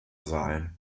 sein